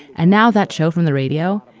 and now that show from the radio,